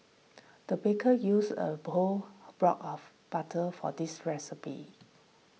the baker used a whole block of butter for this recipe